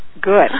good